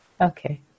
okay